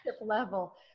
level